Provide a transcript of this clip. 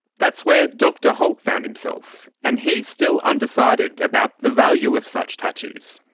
that's where dr holt found himself, and he's still undecided about the value of such tattoos.